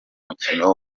mukino